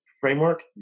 framework